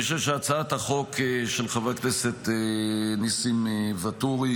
אני חושב שהצעת החוק של חבר הכנסת ניסים ואטורי